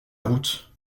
route